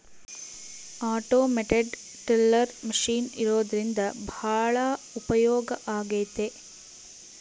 automated teller machine ಇರೋದ್ರಿಂದ ಭಾಳ ಉಪಯೋಗ ಆಗೈತೆ